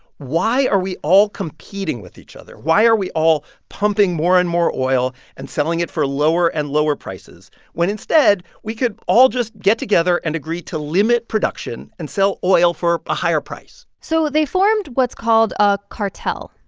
why are we all competing with each other? why are we all pumping more and more oil and selling it for lower and lower prices when, instead, we could all just get together and agree to limit production and sell oil for a higher price? so they formed what's called a cartel.